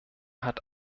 hat